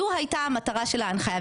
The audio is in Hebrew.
זו הייתה מטרת ההנחיה.